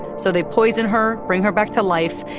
so they poison her, bring her back to life,